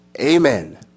amen